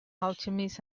alchemist